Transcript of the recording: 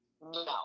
No